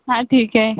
हां ठीक आहे